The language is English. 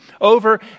over